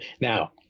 Now